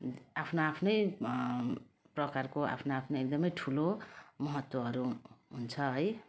आफ्नो आफ्नै प्रकारको आफ्नो आफ्नै एकदमै ठुलो महत्त्वहरू हुन्छ है